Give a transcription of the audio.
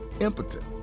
impotent